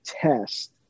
test